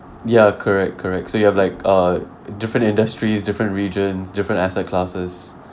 ya correct correct so you have like uh different industries different regions different asset classes